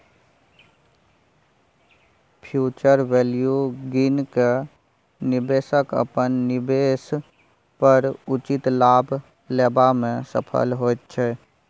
future value गिन केँ निबेशक अपन निबेश पर उचित लाभ लेबा मे सफल होइत छै